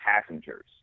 Passengers